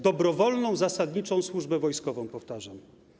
Dobrowolną zasadniczą służbę wojskową, powtarzam.